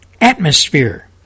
atmosphere